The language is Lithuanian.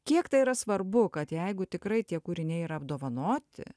kiek tai yra svarbu kad jeigu tikrai tie kūriniai yra apdovanoti